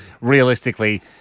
realistically